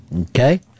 Okay